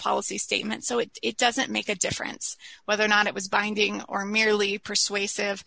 policy statement so it doesn't make a difference whether or not it was binding or merely persuasive